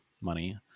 money